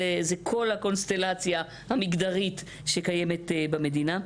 זה כל הקונסטלציה המגדרית שקיימת במדינה.